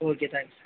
okay thanks